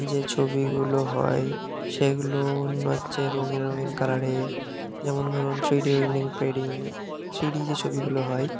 যে ছবিগুলো হয় সেগুলো অন্য হচ্ছে রঙিন রঙিন কালারের যেমন ধরুন থ্রিডি ইউনিটি পেজিং থ্রিডি যে ছবিগুলো হয়